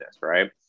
right